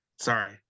Sorry